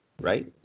right